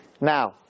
Now